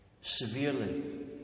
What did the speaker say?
severely